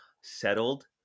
settled